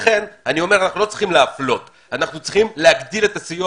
לכן אנחנו לא צריכים להפלות אלא להגדיל את הסיוע